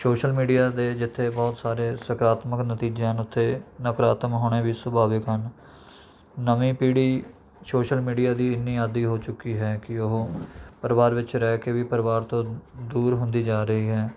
social media ਦੇ ਜਿੱਥੇ ਬਹੁਤ ਸਾਰੇ ਸਕਰਾਤਮਕ ਨਤੀਜੇ ਹਨ ਉੱਥੇ ਨਕਰਾਤਮਕ ਹੋਣੇ ਵੀ ਸੁਭਾਵਿਕ ਹਨ ਨਵੀਂ ਪੀੜ੍ਹੀ ਸ਼ੋਸ਼ਲ ਮੀਡੀਆ ਦੀ ਇੰਨੀ ਆਦੀ ਹੋ ਚੁੱਕੀ ਹੈ ਕਿ ਉਹ ਪਰਿਵਾਰ ਵਿੱਚ ਰਹਿ ਕੇ ਵੀ ਪਰਿਵਾਰ ਤੋਂ ਦੂਰ ਹੁੰਦੀ ਜਾ ਰਹੀ ਹੈ